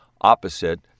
opposite